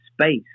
space